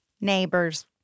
neighbors